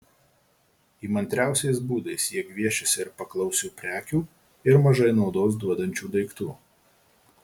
įmantriausiais būdais jie gviešiasi ir paklausių prekių ir mažai naudos duodančių daiktų